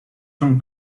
son